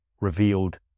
revealed